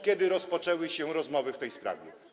Kiedy rozpoczęły się rozmowy w tej sprawie?